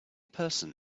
person